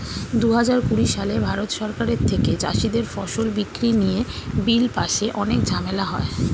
দুহাজার কুড়ি সালে ভারত সরকারের থেকে চাষীদের ফসল বিক্রি নিয়ে বিল পাশে অনেক ঝামেলা হয়